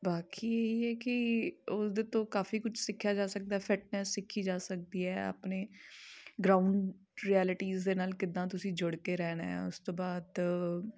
ਬਾਕੀ ਇਹ ਕਿ ਉਹਦੇ ਤੋਂ ਕਾਫ਼ੀ ਕੁਛ ਸਿੱਖਿਆ ਜਾ ਸਕਦਾ ਫਿੱਟਨੈੱਸ ਸਿੱਖੀ ਜਾ ਸਕਦੀ ਹੈ ਆਪਣੇ ਗਰਾਊਂਡ ਰਿਐਲਿਟੀਜ਼ ਦੇ ਨਾਲ ਕਿੱਦਾਂ ਤੁਸੀਂ ਜੁੜ ਕੇ ਰਹਿਣਾ ਹੈ ਉਸ ਤੋਂ ਬਾਅਦ